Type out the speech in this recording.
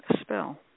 spell